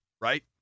right